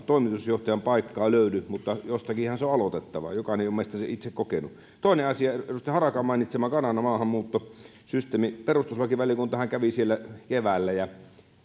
toimitusjohtajan paikkaa löydy mutta jostakinhan se on aloitettava jokainen meistä on sen itse kokenut toinen asia edustaja harakan mainitsema kanadan maahanmuuttosysteemi perustuslakivaliokuntahan kävi siellä keväällä ja